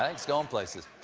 ah it's going places.